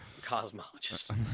Cosmologist